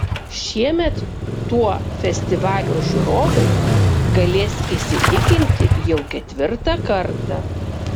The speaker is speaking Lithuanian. šiemet tuo festivalio žiūrovai galės įsitikinti jau ketvirtą kartą